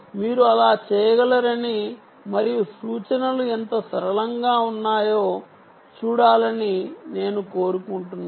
మీరు అలా చేయగలరని మరియు సూచనలు ఎంత సరళంగా ఉన్నాయో చూడాలని నేను కోరుకుంటున్నాను